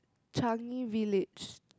Changi-Village